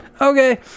Okay